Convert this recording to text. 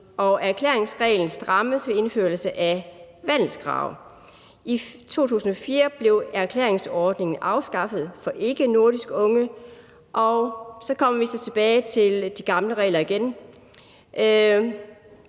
erklæringsordningen blev strammet ved indførelse af vandelskravet. I 2004 blev erklæringsordningen afskaffet for ikkenordiske unge, og så kom vi så tilbage til de gamle regler igen.